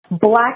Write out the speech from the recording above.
Black